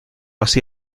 así